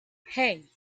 hey